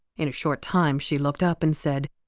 in a short time she looked up and said,